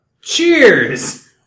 Cheers